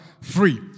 free